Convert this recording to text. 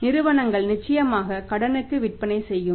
நிறுவனங்கள் நிச்சயமாக கடனுக்கு விற்பனை செய்யும்